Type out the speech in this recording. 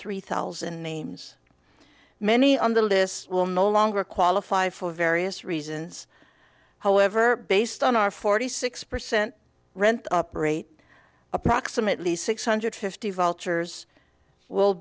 three thousand names many on the list will no longer qualify for various reasons however based on our forty six percent rent operate approximately six hundred fifty vultures will